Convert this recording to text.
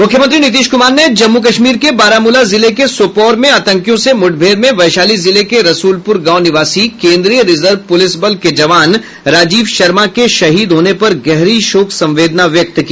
मुख्यमंत्री नीतीश कुमार ने जम्मू कश्मीर के बारामूला जिले के सोपोर में आतंकियों से मुठभेड़ में वैशाली जिले के रसूलपुर गांव निवासी केंद्रीय रिजर्व पुलिस बल के जवान राजीव शर्मा के शहीद होने पर गहरी शोक संवेदना व्यक्त की